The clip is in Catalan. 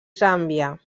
zàmbia